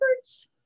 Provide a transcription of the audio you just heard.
efforts